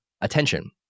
attention